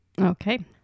Okay